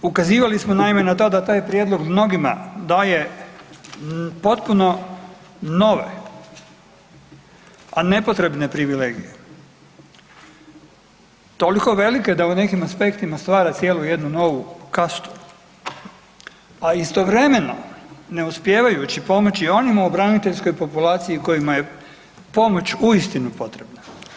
Ukazivali smo naime, na to da taj prijedlog mnogima daje potpuno nove a nepotrebne privilegije toliko velike da u nekim aspektima stvara jednu novu kastu a istovremeno ne uspijevajući pomoći onima u braniteljskoj populaciji kojima je pomoć uistinu potrebna.